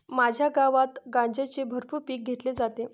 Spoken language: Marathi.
माझ्या गावात गांजाचे भरपूर पीक घेतले जाते